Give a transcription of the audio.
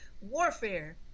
warfare